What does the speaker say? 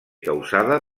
causada